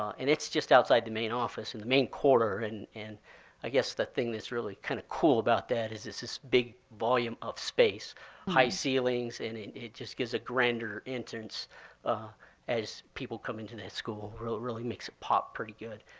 and it's just outside the main office in the main corridor and and i guess the thing that's really kind of cool about that is it's this big volume of space high ceilings, and it it just gives a grander entrance ah as people come into that school. it really makes it pop pretty good.